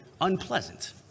unpleasant